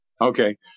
Okay